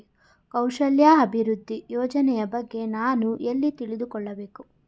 ಕೌಶಲ್ಯ ಅಭಿವೃದ್ಧಿ ಯೋಜನೆಯ ಬಗ್ಗೆ ನಾನು ಎಲ್ಲಿ ತಿಳಿದುಕೊಳ್ಳಬೇಕು?